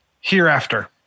Hereafter